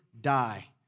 die